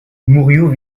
mourioux